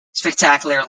spectacular